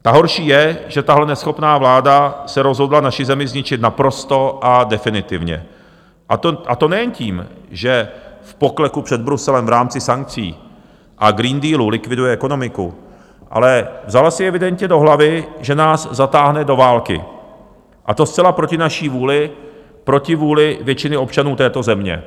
Ta horší je, že tahle neschopná vláda se rozhodla naši zemi zničit naprosto a definitivně, a to nejen tím, že v pokleku před Bruselem v rámci sankcí a Green Dealu likviduje ekonomiku, ale vzala si evidentně do hlavy, že nás zatáhne do války, a to zcela proti naší vůli, proti vůli většiny občanů této země.